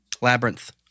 Labyrinth